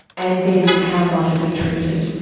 and then how might it be treated.